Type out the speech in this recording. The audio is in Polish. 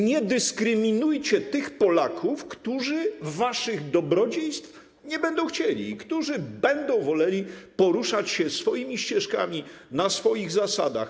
Nie dyskryminujcie tych Polaków, którzy waszych dobrodziejstw nie będą chcieli i którzy będą woleli poruszać się swoimi ścieżkami, na swoich zasadach.